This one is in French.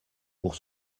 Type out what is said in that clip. pour